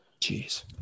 Jeez